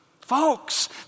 Folks